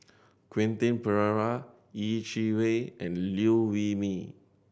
Quentin Pereira Yeh Chi Wei and Liew Wee Mee